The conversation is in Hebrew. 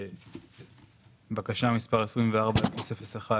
בקשה 24001